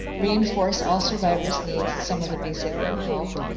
reinforce all survivors' needs, some of the basic help,